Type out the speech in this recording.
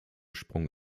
sprung